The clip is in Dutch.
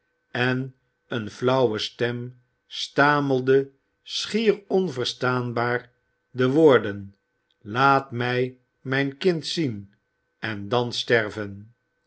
en eene flauwe stem stamelde schier onverstaanbaar de woorden laat mij mijn kind zien en dan sterven